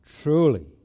Truly